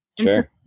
Sure